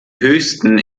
höchsten